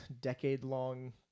decade-long